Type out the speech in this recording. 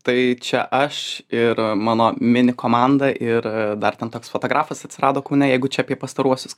tai čia aš ir mano mini komanda ir dar ten toks fotografas atsirado kaune jeigu čia apie pastaruosius